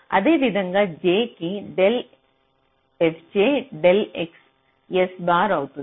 అదేవిధంగా j కి del fj del x s bar అవుతుంది